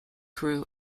crew